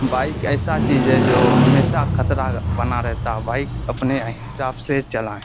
bike ایسا چیز ہے جو ہمیشہ خطرہ بنا رہتا ہے بائک اپنے حساب سے چلائیں